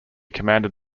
commanded